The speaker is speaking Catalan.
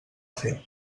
fer